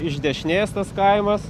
iš dešinės tas kaimas